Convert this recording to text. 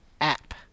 app